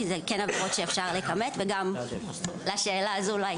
כי אלה כן עבירות שאפשר לכמת וגם לשאלה הזו לא היה מענה.